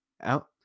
out